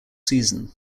season